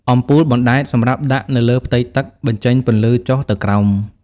អំពូលបណ្តែត សម្រាប់ដាក់នៅលើផ្ទៃទឹក បញ្ចេញពន្លឺចុះទៅក្រោម។